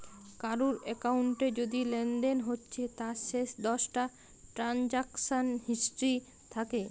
কারুর একাউন্টে যদি লেনদেন হচ্ছে তার শেষ দশটা ট্রানসাকশান হিস্ট্রি থাকে